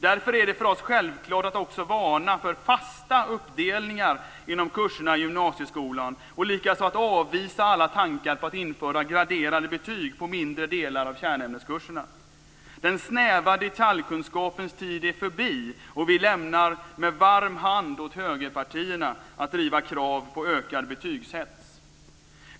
Därför är det för oss självklart att också varna för fasta uppdelningar inom kurserna i gymnasieskolan, och likaså att avvisa alla tankar på att införa graderade betyg på mindre delar av kärnämneskurserna. Den snäva detaljkunskapens tid är förbi. Vi lämnar med varm hand åt högerpartierna att driva krav på ökad betygshets.